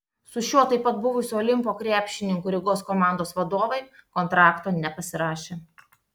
su šiuo taip pat buvusiu olimpo krepšininku rygos komandos vadovai kontrakto nepasirašė